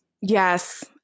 Yes